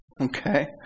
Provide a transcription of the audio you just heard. Okay